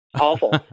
Awful